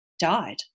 died